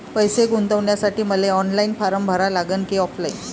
पैसे गुंतन्यासाठी मले ऑनलाईन फारम भरा लागन की ऑफलाईन?